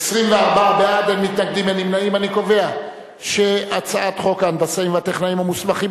להעביר את הצעת חוק ההנדסאים והטכנאים המוסמכים,